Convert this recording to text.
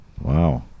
Wow